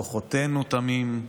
/ כוחותינו תמים.